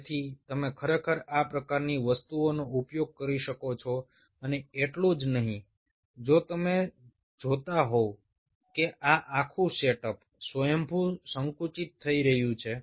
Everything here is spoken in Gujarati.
તેથી તમે ખરેખર આ પ્રકારની વસ્તુઓનો ઉપયોગ કરી શકો છો અને એટલું જ નહીં જો તમે જોતા હોવ કે આ આખું સેટઅપ સ્વયંભૂ સંકુચિત થઈ રહ્યું છે